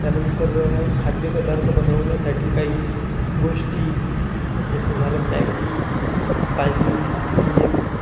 त्यानंतर खाद्यपदार्थ बनवण्यासाठी काही गोष्टी जसं झालं मॅगी पाणी तेल